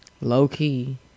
Low-key